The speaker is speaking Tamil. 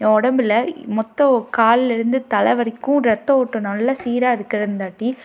என் உடம்புல மொத்தோம் கால்லேருந்து தலைவரைக்கும் ரத்த ஓட்டம் நல்லா சீராக இருக்கிறந்தாட்டி